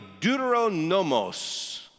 Deuteronomos